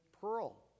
pearl